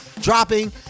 dropping